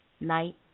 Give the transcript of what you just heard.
night